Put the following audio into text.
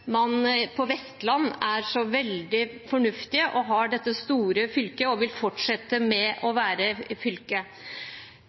man i Vestland er så veldig fornuftige, at de har dette store fylket og vil fortsette med å